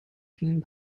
ping